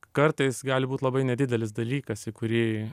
kartais gali būt labai nedidelis dalykas į kurį